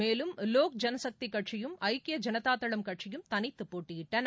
மேலும் லோக் ஜன்சக்தி கட்சியும் ஐக்கிய ஜனதாதள் கட்சியும் தனித்து போட்டியிட்டன